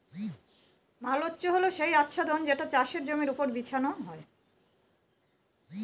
mulch হল সেই আচ্ছাদন যেটা চাষের জমির ওপর বিছানো হয়